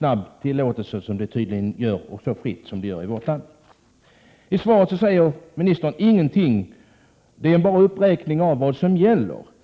få tillåtelse till det så snabbt och så fritt som det tydligen gör i vårt land? 103 I svaret säger ministern ingenting. Det är bara en uppräkning av vad som gäller.